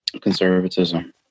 Conservatism